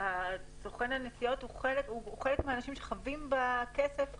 סוכן הנסיעות הוא חלק מהאנשים שחבים בכסף בחזרה.